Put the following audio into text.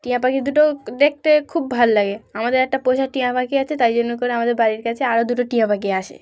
টিয়া পাখি দুটো দেখতে খুব ভালো লাগে আমাদের একটা পোষা টিয়া পাখি আছে তাই জন্য করে আমাদের বাড়ির কাছে আরও দুটো টিয়া পাখি আসে